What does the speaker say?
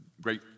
great